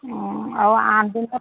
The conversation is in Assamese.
অঁ আঠদিনত